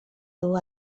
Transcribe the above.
dur